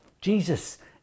Jesus